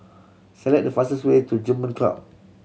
select the fastest way to German Club